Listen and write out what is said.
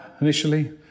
initially